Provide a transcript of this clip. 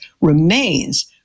remains